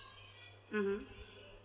mmhmm